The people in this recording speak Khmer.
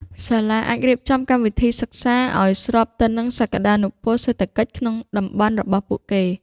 សាលាអាចរៀបចំកម្មវិធីសិក្សាឱ្យស្របទៅនឹងសក្តានុពលសេដ្ឋកិច្ចក្នុងតំបន់របស់ពួកគេ។